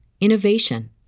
innovation